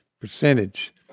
percentage